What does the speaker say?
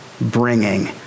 bringing